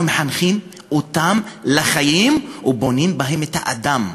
אנחנו מחנכים אותם לחיים ובונים בהם את האדם.